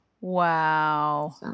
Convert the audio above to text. Wow